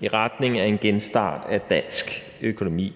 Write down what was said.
i retning af en genstart af dansk økonomi.